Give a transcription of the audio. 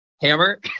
Hammer